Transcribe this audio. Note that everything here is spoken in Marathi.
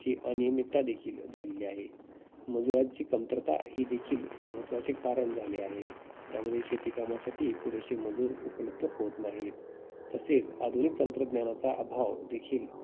ची अनियमितता देखील झालेली आहे मजूरांची कमतरता ही देखील महत्त्वाचे कारण झाले आहे यामध्ये शेतीकामासाठी पुरेसे मजूर उपलब्ध होत नाहीत तसेच आधुनिक तंत्रज्ञानाचा अभाव देखील